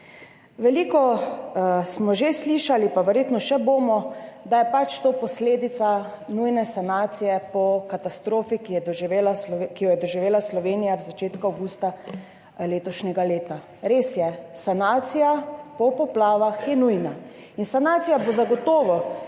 Veliko smo že slišali, pa verjetno še bomo, da je pač to posledica nujne sanacije po katastrofi, ki jo je doživela Slovenija v začetku avgusta letošnjega leta. Res je, sanacija po poplavah je nujna in sanacija bo zagotovo